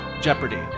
Jeopardy